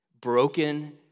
broken